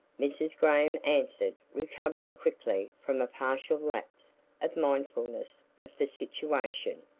mrs. graham answered recovering quickly from a partial lapse of mindfulness of the situation.